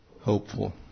hopeful